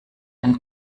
den